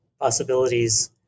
possibilities